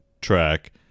track